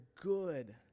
good